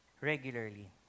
regularly